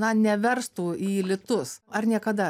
na neverstų į litus ar niekada